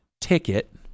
ticket